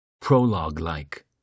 Prologue-like